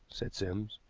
said sims.